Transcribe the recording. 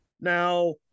Now